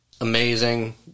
amazing